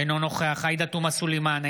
אינו נוכח עאידה תומא סלימאן,